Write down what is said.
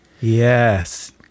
Yes